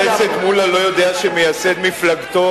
חבר הכנסת מולה לא יודע שמייסד מפלגתו